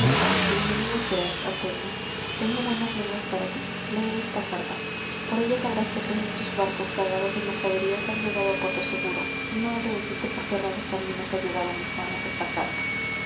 seas antonio tengo buenas nuevas para tí lee esta carta por ella sabrás que tres de tus barcos cargados de mercaderías han llegado á puerto seguro no he de decirte por qué raros caminos ha llegado á mis manos esta carta